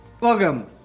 Welcome